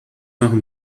machen